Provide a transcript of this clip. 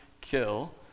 kill